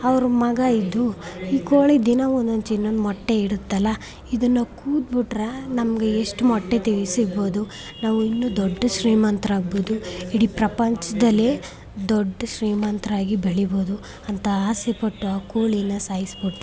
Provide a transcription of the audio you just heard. ಅವ್ರ ಮಗ ಇದ್ದು ಈ ಕೋಳಿ ದಿನಾ ಒಂದೊಂದು ಚಿನ್ನದ ಮೊಟ್ಟೆ ಇಡುತ್ತಲ್ಲ ಇದನ್ನು ಕೂದು ಬಿಟ್ರೆ ನಮಗೆ ಎಷ್ಟು ಮೊಟ್ಟೆ ತಿ ಸಿಗ್ಬೋದು ನಾವು ಇನ್ನೂ ದೊಡ್ದ ಶ್ರೀಮಂತರಾಗ್ಬೋದು ಇಡೀ ಪ್ರಪಂಚದಲ್ಲೇ ದೊಡ್ಡ ಶ್ರೀಮಂತರಾಗಿ ಬೆಳಿಬೋದು ಅಂತ ಆಸೆಪಟ್ಟು ಆ ಕೋಳೀನ ಸಾಯಿಸ್ಬಿಟ್ಟರು